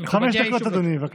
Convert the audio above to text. חמש דקות, אדוני, בבקשה.